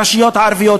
הרשויות הערביות,